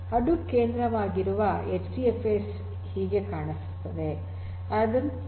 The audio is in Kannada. ಹಡೂಪ್ ಕೇಂದ್ರವಾಗಿರುವ ಎಚ್ಡಿಎಫ್ಎಸ್ ಹೀಗೆ ಕಾಣುತ್ತದೆ